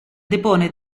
depone